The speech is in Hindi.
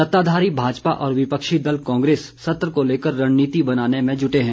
सत्ताधारी भाजपा और विपक्षी दल कांग्रेस सत्र को लेकर रणनीति बनाने में जूटे हैं